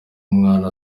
umwana